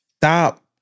stop